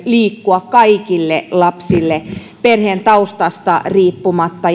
liikkua kaikille lapsille perheen taustasta riippumatta